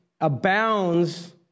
abounds